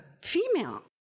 female